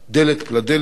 דלת פלדלת,